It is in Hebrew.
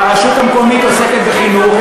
והרשות המקומית עוסקת בחינוך.